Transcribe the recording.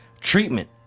treatment